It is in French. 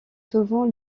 souvent